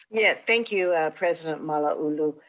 yeah, thank you president malauulu.